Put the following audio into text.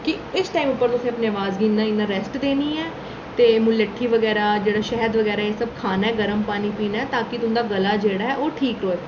कि इस टाइम गी तुसें अपनी अवाज गी इन्नी इन्नी रैस्ट देनी ऐ ते म्लट्ठी बगैरा जेह्ड़े शैद बगैरा ओह् सब खाना ऐ गर्म पानी पीना ऐ ता कि तुं'दा गला जेह्ड़ा ऐ ओह् ठीक होऐ